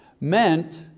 meant